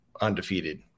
undefeated